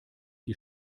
die